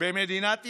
במדינת ישראל.